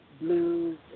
blues